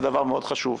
זה דבר מאוד חשוב,